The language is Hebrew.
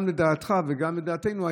גם לדעתך ולגם לדעתנו,